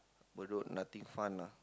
Bedok nothing fun lah